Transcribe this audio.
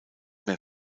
mehr